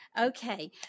okay